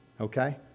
okay